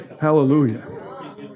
Hallelujah